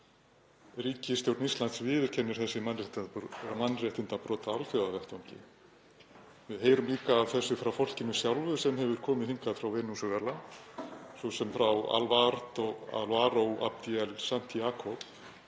Ríkisstjórn Íslands viðurkennir þessi mannréttindabrot á alþjóðavettvangi. Við heyrum líka af þessu frá fólkinu sjálfu sem hefur komið hingað frá Venesúela, svo sem frá Álvaro Abdiel Santiakob